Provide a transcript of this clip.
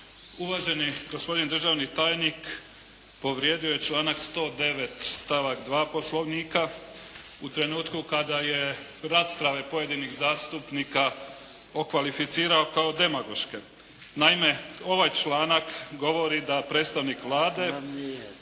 Uvaženi gospodin državni tajnik povrijedio je članak 109. stavak 2. Poslovnika u trenutku kada je raspravu pojedinih zastupnika okvalificirao kao demagoške. Naime, ovaj članak govori da predsjednik Vlade